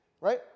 right